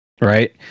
right